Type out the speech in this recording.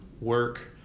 work